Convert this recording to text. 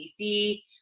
dc